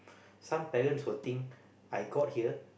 some parents will think I got here